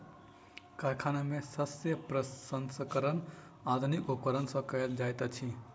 कारखाना में शस्य प्रसंस्करण आधुनिक उपकरण सॅ कयल जाइत अछि